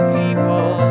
people